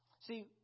See